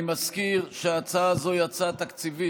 אני מזכיר שההצעה הזו היא הצעה תקציבית,